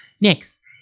next